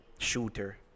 Shooter